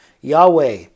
Yahweh